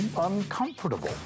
uncomfortable